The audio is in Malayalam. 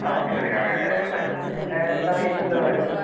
ആ അഡ്മിഷൻ എടുക്കാൻ വേണ്ടീട്ടായിരുന്നുല്ലേ എന്താണ് എയ്ജ് എന്താ വരുന്നത്